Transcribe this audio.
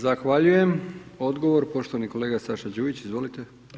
Zahvaljujem, odgovor poštovani kolega Saša Đujić, izvolite.